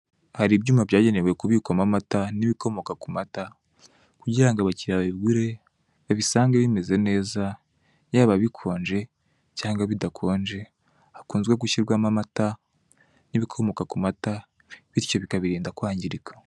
Haribyuma byagenewe kubikwamo amata nibikomoka kumata kugirango abakiriya babigure babisange bimeze neza yaba bikonje cyangwa bidakonje, hakunzwe gushyirwamo amata nibikomoka kumata bityo bikayarinda kwangirika.